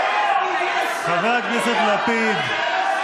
חבר הכנסת לפיד.